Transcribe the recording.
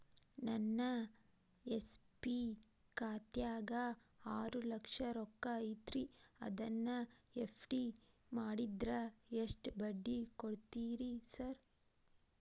ನನ್ನ ಎಸ್.ಬಿ ಖಾತ್ಯಾಗ ಆರು ಲಕ್ಷ ರೊಕ್ಕ ಐತ್ರಿ ಅದನ್ನ ಎಫ್.ಡಿ ಮಾಡಿದ್ರ ಎಷ್ಟ ಬಡ್ಡಿ ಕೊಡ್ತೇರಿ ಸರ್?